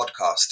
Podcast